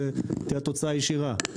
זאת תהיה תוצאה ישירה.